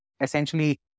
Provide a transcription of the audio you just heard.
Essentially